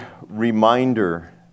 reminder